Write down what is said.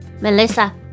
Melissa